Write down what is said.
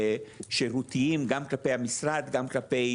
שירותיים, גם כלפי המשרד, גם כלפי